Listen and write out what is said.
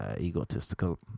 egotistical